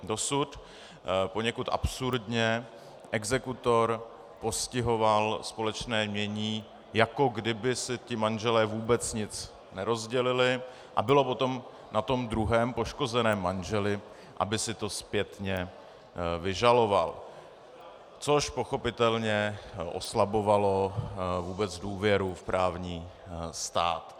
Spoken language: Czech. Dosud poněkud absurdně exekutor postihoval společné jmění, jako kdyby si ti manželé vůbec nic nerozdělili, a bylo potom na tom druhém, poškozeném manželi, aby si to zpětně vyžaloval, což pochopitelně oslabovalo vůbec důvěru v právní stát.